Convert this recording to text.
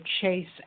chase